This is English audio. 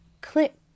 click